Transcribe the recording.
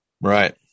Right